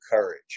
Courage